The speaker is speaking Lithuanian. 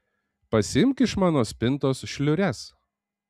pasiimk iš mano spintos šliures